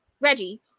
reggie